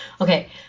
Okay